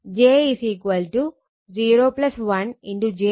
j 0 1 × j എന്നായിട്ടെഴുതാം